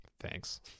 Thanks